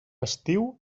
estiu